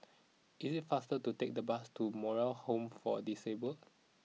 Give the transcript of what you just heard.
is it faster to take the bus to Moral Home for Disabled